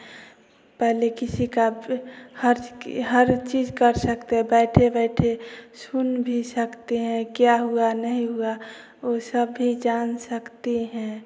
पहले किसी का हर के हर चीज़ कर सकते है बैठे बैठे सुन भी सकते हैं क्या हुआ नहीं हुआ वह सब भी जान सकते हैं